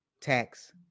Tax